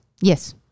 Yes